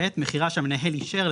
שהמנהל אישר,